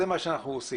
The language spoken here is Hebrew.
זה מה שאנחנו עושים.